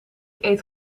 eet